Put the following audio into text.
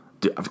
Dude